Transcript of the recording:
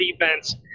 defense